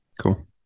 Cool